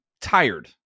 tired